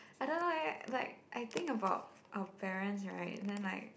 I don't know eh like I think about our parents right then like